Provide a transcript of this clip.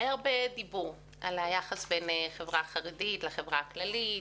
היו הרבה דיבורים על היחס בין החברה החרדית לחברה הכללית,